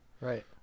right